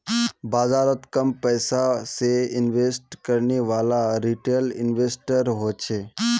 बाजारोत कम पैसा से इन्वेस्ट करनेवाला रिटेल इन्वेस्टर होछे